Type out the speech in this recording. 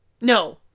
No